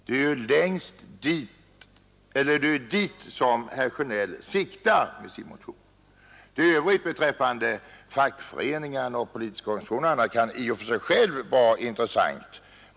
Det är ju dit vi siktar. Att studera fackföreningarna och de politiska organisationerna och andra koncentrationer kan i och för sig vara intressant.